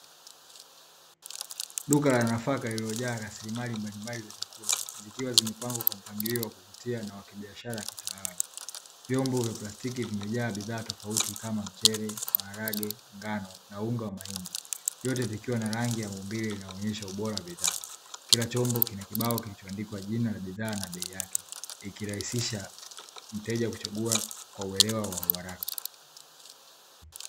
Duka la nafaka iliyojaa rasilimali mbalimbali za chakula zikiwa zimepangwa kwa mpangilio unaovutia na wa kibiashara kitaalamu. Vyombo vya plastiki vimejaa bidhaa tofauti kama mchele, maharage, ngano na unga wa mahindi. Vyote vikiwa na rangi ya maumbile inayoonyesha ubora wa bidhaa. Kila chombo kina kibao kilichoandikwa jina la bidhaa na bei yake, ikirahisisha mteja kuchagua kwa uelewa wa uharaka.